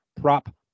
prop